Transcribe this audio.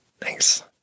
Thanks